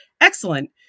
Excellent